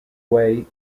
way